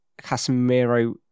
Casemiro